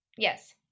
Yes